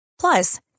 Plus